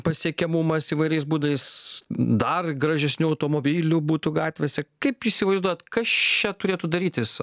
pasiekiamumas įvairiais būdais dar gražesnių automobilių būtų gatvėse kaip įsivaizduot kas čia turėtų darytis